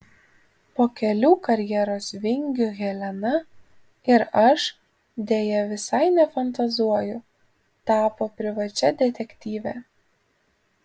po kelių karjeros vingių helena ir aš deja visai nefantazuoju tapo privačia detektyve